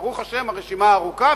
וברוך השם הרשימה ארוכה,